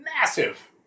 massive